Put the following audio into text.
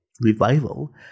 revival